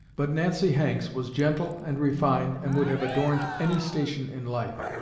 but nancy hanks was gentle and refined, and would have adorned any station in life.